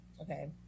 Okay